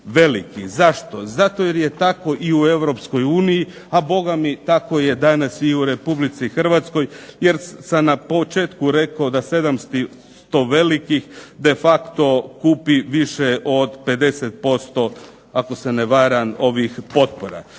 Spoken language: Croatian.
veliki. Zašto? Zato jer je tako i u Europskoj uniji, a Boga mi tako da je danas i u Republici Hrvatskoj, jer sam na početku rekao da 700 velikih de facto kupi više od 50% ako se ne varam ovih potpora.